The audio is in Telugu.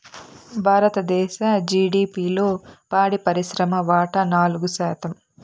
భారతదేశ జిడిపిలో పాడి పరిశ్రమ వాటా నాలుగు శాతం